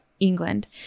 England